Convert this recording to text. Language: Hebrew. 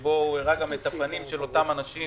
שבה הוא הראה את הפנים של אותם אנשים